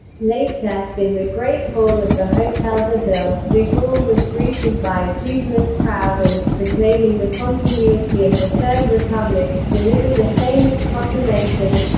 later, in the great hall of the hotel de ville, de gaulle was greeted by a jubilant crowd and, proclaiming the continuity of the third republic, delivered a famous proclamation